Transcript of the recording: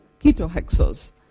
ketohexose